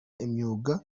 imyuga